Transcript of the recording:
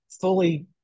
fully